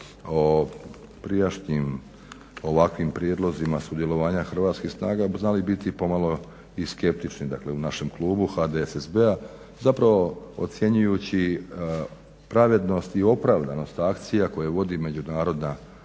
o prijašnjim ovakvim prijedlozima sudjelovanja hrvatskih snaga znali biti pomalo i skeptični, dakle u našem klubu HDSSB-a zapravo ocjenjujući pravednost i opravdanost akcija koje vodi Međunarodna